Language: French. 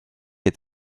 est